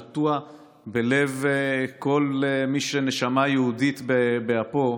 הוא נטוע בלב כל מי שנשמה יהודית באפו.